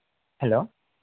hello